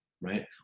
right